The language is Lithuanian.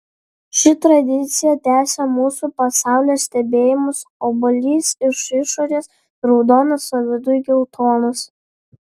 ši tradicija tęsia mūsų pasaulio stebėjimus obuolys iš išorės raudonas o viduj geltonas